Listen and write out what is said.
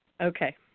Okay